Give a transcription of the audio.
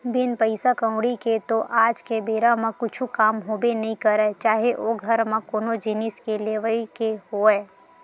बिन पइसा कउड़ी के तो आज के बेरा म कुछु काम होबे नइ करय चाहे ओ घर म कोनो जिनिस के लेवई के होवय